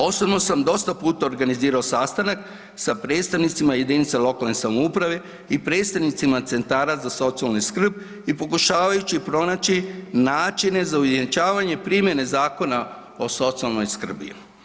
Osobno sam dosta puta organizirao sastanak sa predstavnicima jedinicama lokalne samouprave i predstavnicima centara za socijalnu skrb i pokušavajući pronaći načine za ujednačavanje primjene Zakona o socijalnoj skrbi.